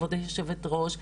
כבוד היושבת ראש,